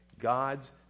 God's